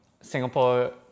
Singapore